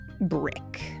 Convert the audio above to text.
Brick